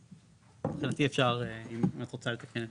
מבחינתי אפשר אם את רוצה לתקן,